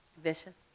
vishen.